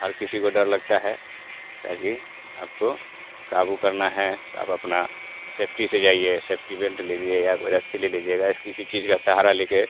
हर किसी को डर लगता है ताकि आपको काबू करना है तो आप अपना सेफ़्टी से जाइए सेफ़्टी बेल्ट लीजिए या कोई रस्सी ले लीजिएगा ऐस किसी चीज का सहारा ले कर